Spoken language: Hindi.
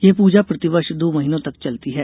यह पूजा प्रतिवर्ष दो महीनों तक चलती है